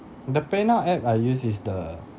the paynow app I use is the